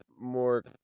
more